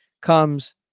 comes